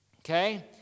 okay